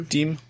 Team